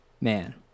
man